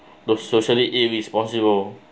the socially irresponsible